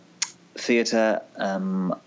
theatre